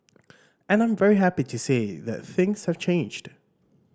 and I'm very happy to say that things have changed